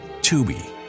Tubi